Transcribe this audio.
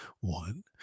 one